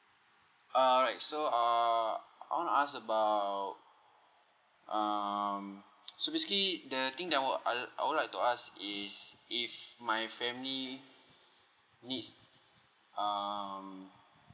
alright so uh I want to ask about um so basically the thing that I will I would like to ask is if my family needs um